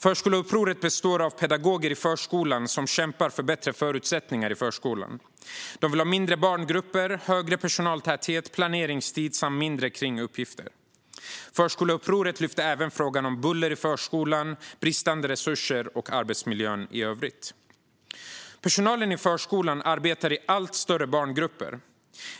Förskoleupproret består av pedagoger i förskolan som kämpar för bättre förutsättningar i förskolan. De vill ha mindre barngrupper, högre personaltäthet, planeringstid samt mindre kringuppgifter. Förskoleupproret lyfter även fram frågor om buller i förskolan, bristande resurser och arbetsmiljön i övrigt. Personalen i förskolan arbetar i allt större barngrupper.